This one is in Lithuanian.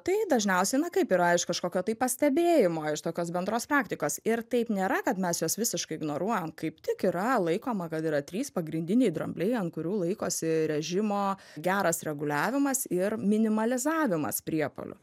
tai dažniausiai na kaip yra iš kažkokio tai pastebėjimo iš tokios bendros praktikos ir taip nėra kad mes juos visiškai ignoruojam kaip tik yra laikoma kad yra trys pagrindiniai drambliai ant kurių laikosi rėžimo geras reguliavimas ir minimalizavimas priepuolių